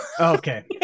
okay